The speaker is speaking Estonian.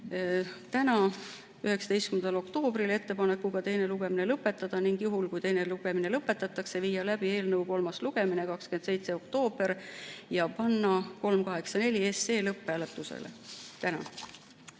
19. oktoobriks ettepanekuga teine lugemine lõpetada. Juhul, kui teine lugemine lõpetatakse, tuleks teha eelnõu kolmas lugemine 27. oktoobril ja panna 384 SE lõpphääletusele.